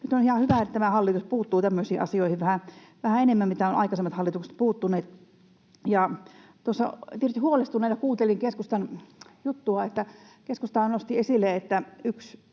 ihan hyvä, että tämä hallitus puuttuu tämmöisiin asioihin vähän enemmän kuin aikaisemmat hallitukset ovat puuttuneet. Tuossa tietysti huolestuneena kuuntelin keskustan juttua, kun keskustahan nosti esille, että olisi